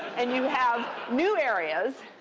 and you have new areas.